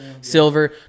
silver